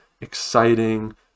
exciting